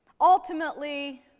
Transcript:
Ultimately